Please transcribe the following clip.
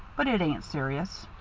but it ain't serious.